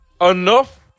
enough